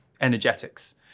energetics